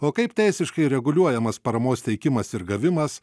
o kaip teisiškai reguliuojamas paramos teikimas ir gavimas